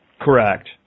Correct